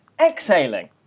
exhaling